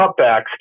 cutbacks